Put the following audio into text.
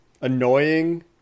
annoying